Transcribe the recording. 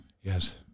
Yes